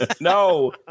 No